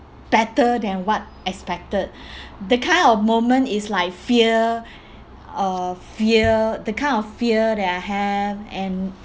better than what expected that kind of moment is like fear uh fear the kind of fear that I have and